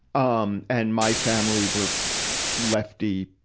um and my family were lefty,